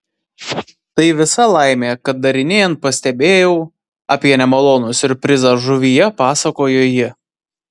tai visa laimė kad darinėjant pastebėjau apie nemalonų siurprizą žuvyje pasakojo ji